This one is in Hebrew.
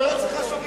היא לא צריכה שומרים.